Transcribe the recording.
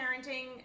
parenting